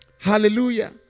Hallelujah